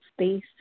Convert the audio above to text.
space